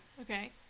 okay